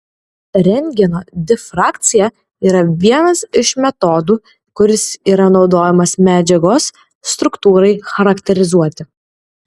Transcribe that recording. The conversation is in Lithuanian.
rentgeno difrakcija yra vienas iš metodų kuris yra naudojamas medžiagos struktūrai charakterizuoti